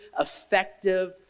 effective